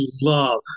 love